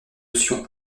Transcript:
notion